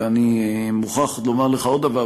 ואני מוכרח לומר לך עוד דבר,